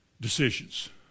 decisions